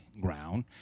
ground